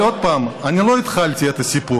אבל עוד פעם, אני לא התחלתי את הסיפור,